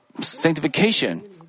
sanctification